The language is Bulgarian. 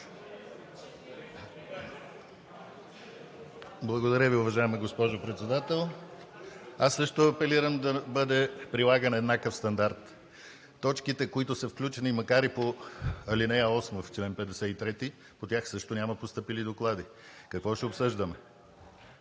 Благодаря Ви, уважаема госпожо Председател. Аз също апелирам да бъде прилаган еднакъв стандарт. По точките, които са включени, макар и по ал. 8, чл. 53, също няма постъпили доклади. Какво ще обсъждаме?